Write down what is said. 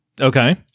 Okay